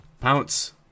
pounce